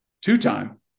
two-time